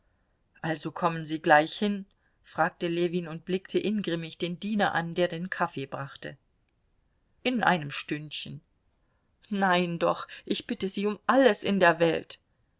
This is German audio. also sie kommen gleich hin fragte ljewin und blickte ingrimmig den diener an der den kaffee brachte in einem stündchen nein doch ich bitte sie um alles in der welt